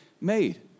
made